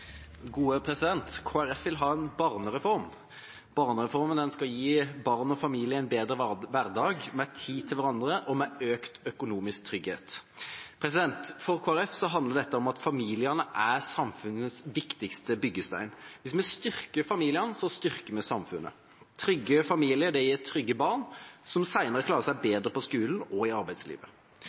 vil ha en barnereform. Barnereformen skal gi barn og familier en bedre hverdag med tid til hverandre og med økt økonomisk trygghet. For Kristelig Folkeparti handler dette om at familiene er samfunnets viktigste byggestein. Hvis vi styrker familiene, styrker vi samfunnet. Trygge familier gir trygge barn, som senere klarer seg bedre på skolen og i arbeidslivet.